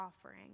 offering